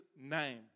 name